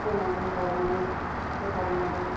फोनानै गायनानै फोसाबनानै